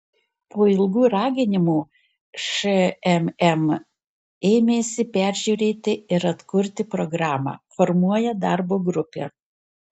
po ilgų raginimų šmm ėmėsi peržiūrėti ir atkurti programą formuoja darbo grupę